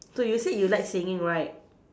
so you said you like singing right